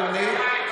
אדוני,